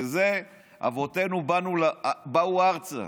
לזה אבותינו באו ארצה.